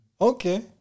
Okay